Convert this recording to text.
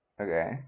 okay